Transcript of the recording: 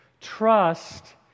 Trust